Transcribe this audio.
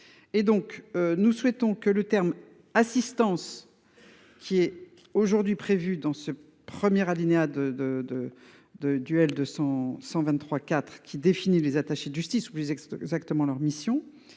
et donc nous souhaitons que le terme assistance. Qui est aujourd'hui prévue dans ce premier alinéa de de de de duel de 100 123 IV qui définit les attachés de justice ou les experts exactement leur mission